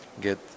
get